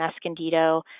Escondido